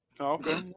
Okay